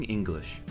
English，